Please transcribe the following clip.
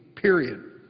period.